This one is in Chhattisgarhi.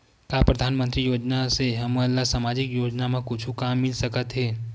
का परधानमंतरी योजना से हमन ला सामजिक योजना मा कुछु काम मिल सकत हे?